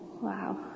Wow